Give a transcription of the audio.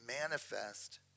manifest